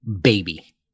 baby